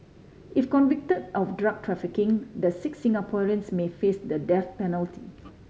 if convicte of drug trafficking the six Singaporeans may face the death penalty